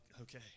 okay